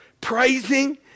Praising